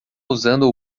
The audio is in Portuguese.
usando